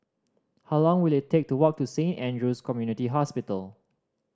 how long will it take to walk to Saint Andrew's Community Hospital